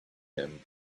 him